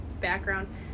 background